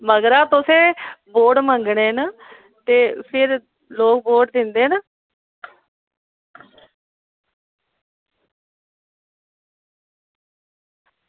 मगरा तुसें वोट मंग्गने न ते फिर लोग वोट दिंदे न